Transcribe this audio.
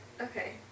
Okay